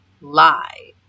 lie